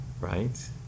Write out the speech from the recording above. Right